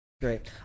Great